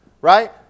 right